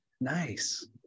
Nice